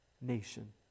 nation